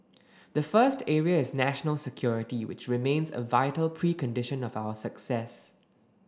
the first area is national security which remains a vital precondition of our success